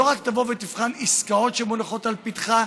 רק תבוא ותבחן עסקאות שמונחות לפתחה,